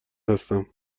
هستم